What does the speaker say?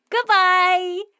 goodbye